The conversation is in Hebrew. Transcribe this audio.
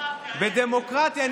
איך אתה מחזק את הדמוקרטיה?